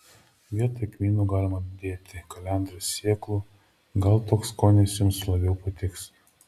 vietoj kmynų galima dėti kalendrų sėklų gal toks skonis jums labiau patiks